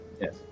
Yes